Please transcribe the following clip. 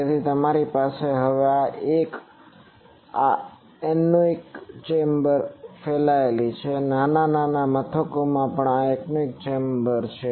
તેથી તમારી પાસે આ હવે એક છે આ એનોકોઇક ચેમ્બરો ફેલાયેલી છે નાના નાના મથકોમાં પણ આ એનાકોઇક ચેમ્બર છે